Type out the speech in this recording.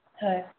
হয়